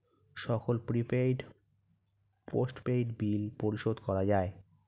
সকল prepaid, postpaid bill পরিশোধ করা যায়